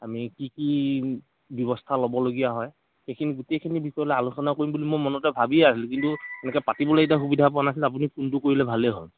আমি কি কি ব্যৱস্থা ল'বলগীয়া হয় সেইখিনি গোটেইখিনি বিষয় লৈ আলোচনা কৰিম বুলি মই মনতে ভাবিয়ে আছিলোঁ কিন্তু এনেকৈ পাতিবলৈ এতিয়া সুবিধা পোৱা নাছিলোঁ আপুনি ফোনটো কৰিলে ভালে হ'ল